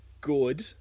good